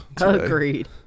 Agreed